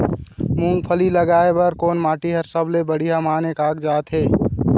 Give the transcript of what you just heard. मूंगफली लगाय बर कोन माटी हर सबले बढ़िया माने कागजात हे?